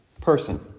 person